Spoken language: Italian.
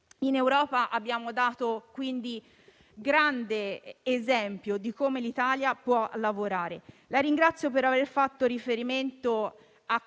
In Europa abbiamo dato un grande esempio di come l'Italia può lavorare. La ringrazio per aver fatto riferimento a